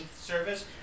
service